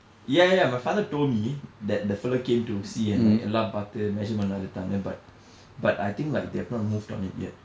ya ya my father told me that the fella came to see and like எல்லாம் பார்த்து:ellam paarthu measurement எல்லாம் எடுத்தாங்க:ellam edutthaanga but but I think like they have not moved on it yet